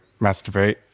masturbate